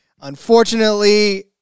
Unfortunately